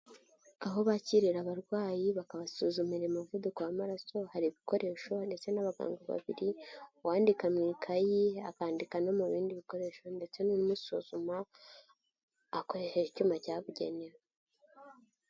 Aho bakirira abarwayi bakabasuzumira umuvuduko w'amaraso, hari ibikoresho ndetse n'abaganga babiri, uwandika mu ikayi, akandika no mu bindi bikoresho ndetse n'ibimusuzuma akoresheje icyuma cyabugenewe.